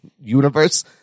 universe